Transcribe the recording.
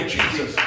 Jesus